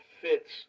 fits